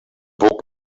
book